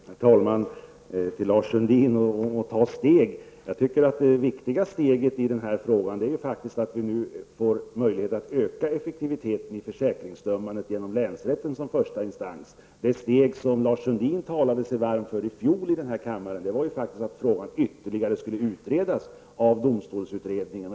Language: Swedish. Herr talman! Till Lars Sundin vill jag säga att det viktiga steget nu är att vi får möjligheter att öka effektiviteten i försäkringsmål genom länsrätten som första instans. Det steg som Lars Sundin i fjol talade så varmt för var att frågan ytterligare skulle utredas av domstolsutredningen.